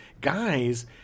guys